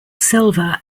silver